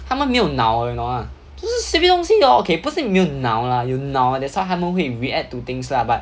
他们没有脑你懂吗就是随便东西 hor okay 不是没有脑 lah 有脑 that's why 他们会 react to things lah but